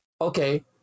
okay